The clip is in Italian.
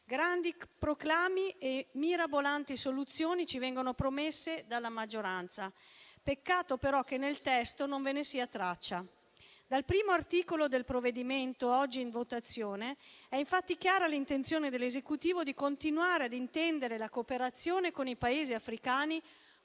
Grandi proclami e mirabolanti soluzioni ci vengono promessi dalla maggioranza, peccato però che nel testo non ve ne sia traccia. Dal primo articolo del provvedimento oggi in votazione è infatti chiara l'intenzione dell'Esecutivo di continuare a intendere la cooperazione con i Paesi africani